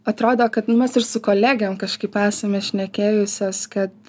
atrodo kad nu mes ir su kolegėm kažkaip esame šnekėjusios kad